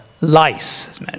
lice